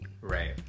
Right